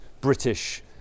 British